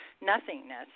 Nothingness